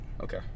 Okay